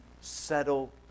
settle